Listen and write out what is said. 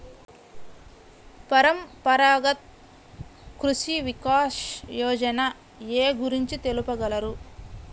పరంపరాగత్ కృషి వికాస్ యోజన ఏ గురించి తెలుపగలరు?